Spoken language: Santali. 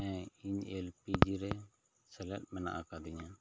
ᱦᱮᱸ ᱤᱧ ᱮᱞᱯᱤᱡᱤ ᱨᱮ ᱥᱮᱞᱮᱫ ᱢᱮᱱᱟᱜ ᱠᱟᱫᱤᱧᱟᱹ